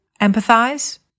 empathize